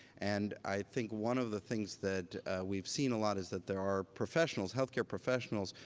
and i think one of the things that we've seen a lot is that there are professionals, health care professionals,